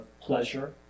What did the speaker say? pleasure